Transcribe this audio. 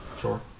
Sure